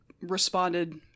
responded